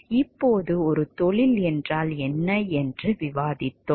இப்போது ஒரு தொழில் என்றால் என்ன என்று விவாதித்தோம்